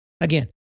Again